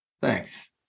Thanks